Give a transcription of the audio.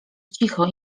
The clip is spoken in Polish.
cicho